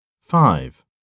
Five